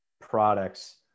products